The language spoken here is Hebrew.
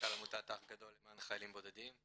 מנכ"ל עמותת אח גדול למען חיילים בודדים.